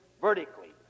vertically